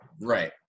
Right